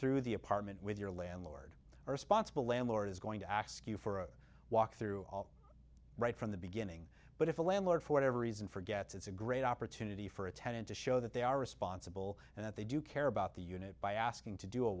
through the apartment with your landlord responsible landlord is going to ask you for a walkthrough all right from the beginning but if a landlord for whatever reason forgets it's a great opportunity for a tenant to show that they are responsible and that they do care about the unit by asking to do a